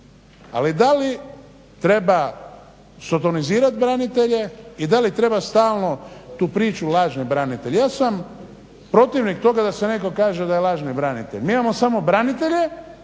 Ali da li treba sotonizirati branitelje i da li treba stalno tu priču lažni branitelji. Ja sam protivnik toga da se nekom kaže da je lažni branitelj. Mi imamo samo branitelje